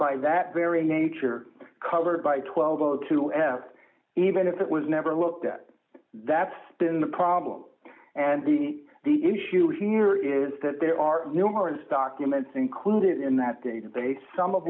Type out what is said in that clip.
by that very nature covered by twelve o two s even if it was never looked at that's been the problem and the the issue here is that there are numerous documents included in that database some of